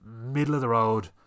middle-of-the-road